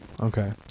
Okay